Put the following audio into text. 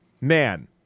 man